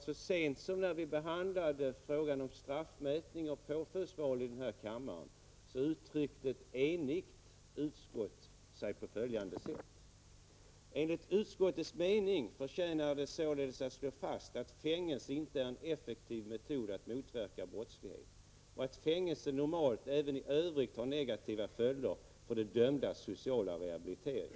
Så sent som när vi behandlade frågan om straffmätning och påföljdsval i denna kammare uttryckte ett enigt utskott sig på följande sätt: ''Enligt utskottets mening förtjänar det således att slås fast att fängelse inte är en effektiv metod att motverka brottslighet och att fängelse normalt även i övrigt har negativa följder för de dömdas sociala rehabilitering.